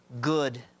good